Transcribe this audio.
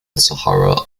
sahara